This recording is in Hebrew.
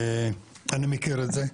אני מכיר את זה,